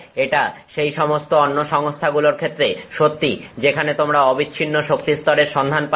এটা সেই সমস্ত অন্য সংস্থাগুলোর ক্ষেত্রেও সত্যি যেখানে তোমরা অবিচ্ছিন্ন শক্তিস্তরের সন্ধান পাবে